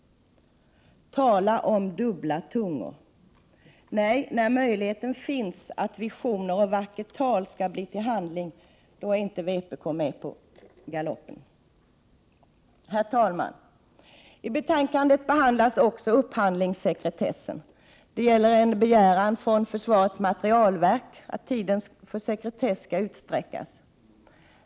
Tala om dubbla tungor, när möjligheten finns att visioner och vackert tal kan bli handling är inte vpk med på galoppen. Herr talman! I betänkandet behandlas också upphandlingssekretessen. Det gäller en begäran från försvarets materielverk om att tiden för sekretess skall utsträckas.